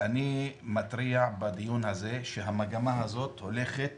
ואני מתריע בדיון הזה שהמגמה הזאת הולכת